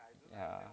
yeah